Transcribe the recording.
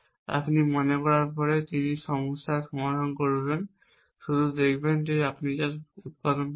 আপনি মনে করার পরে তিনি সমস্যার সমাধান করবেন শুধু দেখুন আপনি যা উত্পাদন করেছেন